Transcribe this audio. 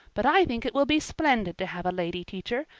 but i think it will be splendid to have a lady teacher,